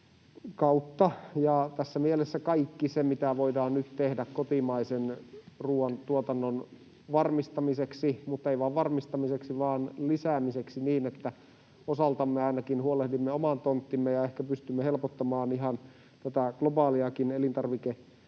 Tässä mielessä kaikki se, mitä voidaan nyt tehdä kotimaisen ruoantuotannon varmistamiseksi — ja ei vain varmistamiseksi vaan lisäämiseksi niin, että osaltamme ainakin huolehdimme oman tonttimme ja ehkä pystymme helpottamaan ihan tätä globaaliakin elintarvikepulaa,